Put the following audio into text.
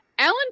Alan